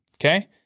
Okay